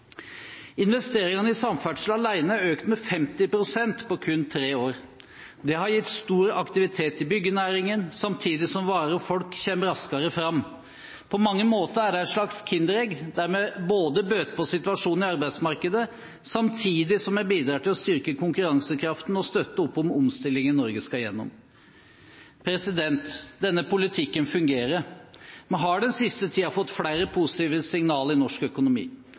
Investeringene i samferdsel alene har økt med 50 pst. på kun tre år. Det har gitt stor aktivitet i byggenæringen, samtidig som varer og folk kommer raskere fram. På mange måter er det et slags kinderegg, der vi bøter på situasjonen i arbeidsmarkedet samtidig som vi bidrar til å styrke konkurransekraften og støtte opp om omstillingen Norge skal igjennom. Denne politikken fungerer. Vi har den siste tiden fått flere positive signaler i norsk økonomi.